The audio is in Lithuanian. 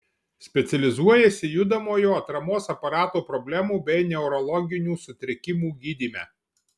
specializuojasi judamojo atramos aparato problemų bei neurologinių sutrikimų gydyme